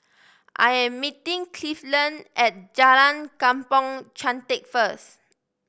I am meeting Cleveland at Jalan Kampong Chantek first